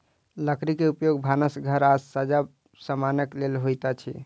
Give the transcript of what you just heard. लकड़ी के उपयोग भानस घर आ सज्जा समानक लेल होइत अछि